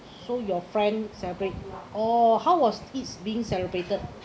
so your friend separate oh how was it's being celebrated